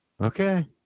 okay